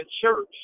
church